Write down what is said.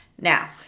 now